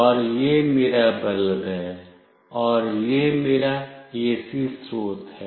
और यह मेरा बल्ब है और यह मेरा AC स्रोत है